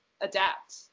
adapt